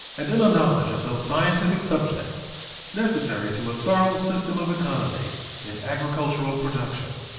and in a knowledge of those scientific subjects necessary to a thorough system of economy in agricultural production,